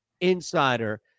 insider